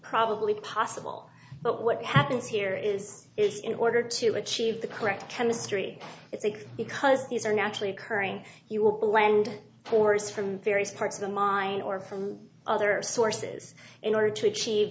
probably possible but what happens here is in order to achieve the correct chemistry it's because these are naturally occurring you will land forces from various parts of the mine or from other sources in order to achieve